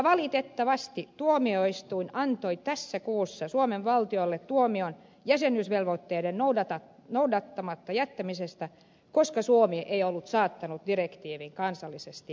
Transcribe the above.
valitettavasti tuomioistuin antoi tässä kuussa suomen valtiolle tuomion jäsenyysvelvoitteiden noudattamatta jättämisestä koska suomi ei ollut saattanut direktiiviä kansallisesti voimaan